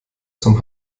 zum